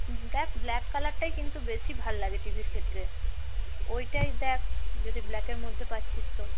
দেখ ব্ল্যাক কালারটাই কিন্তু বেশি ভালো লাগে টিভির ক্ষেত্রে ওইটাই দেখ যদি ব্ল্যাকের মধ্যে পাচ্ছিস তো